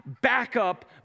backup